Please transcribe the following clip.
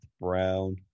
Brown